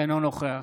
אינו נוכח